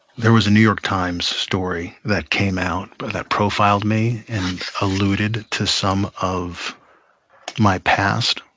there was a new york times story that came out but that profiled me and alluded to some of my past.